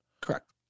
Correct